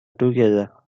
together